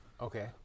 Okay